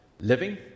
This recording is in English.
living